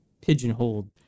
pigeonholed